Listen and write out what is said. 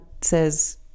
says